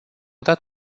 dat